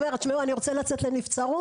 אומר תשמעו אני רוצה לצאת לנבצרות,